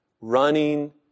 Running